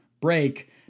break